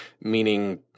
meaning